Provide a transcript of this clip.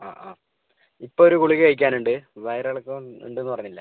ആ ആ ഇപ്പം ഒരു ഗുളിക കഴിക്കാനുണ്ട് വയറിളക്കം ഉണ്ടെന്ന് പറഞ്ഞില്ലേ